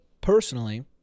personally